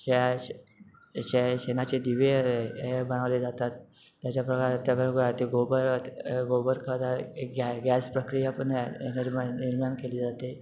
शेनाचे दिवे हे बनवले जातात त्याच्याप्रकारे त्या गोबर गोबर खार गॅ गॅस प्रक्रिया पन निर्मा निर्माण केली जाते